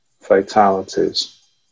fatalities